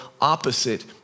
opposite